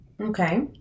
Okay